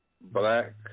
black